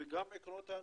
וגם עיקרון ההנגשה.